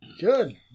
Good